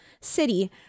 city